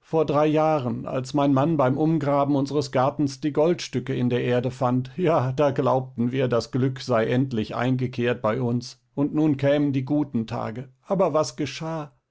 vor drei jahren als mein mann beim umgraben unseres gartens die goldstücke in der erde fand ja da glaubten wir das glück sei endlich eingekehrt bei uns und nun kämen die guten tage aber was geschah